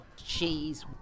jeez